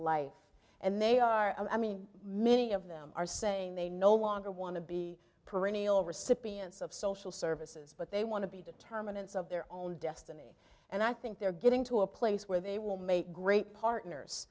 life and they are i mean many of them are saying they no longer want to be perennial recipients of social services but they want to be determinants of their own destiny and i think they're getting to a place where they will make great partners